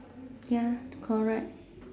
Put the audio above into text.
ya correct